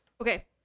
Okay